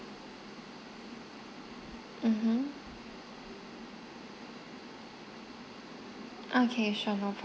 mmhmm okay sure no problem